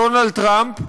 דונלד טראמפ,